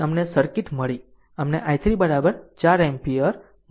અમને આ સર્કિટ મળી અમને i3 4 એમ્પીયર મળ્યું